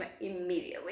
immediately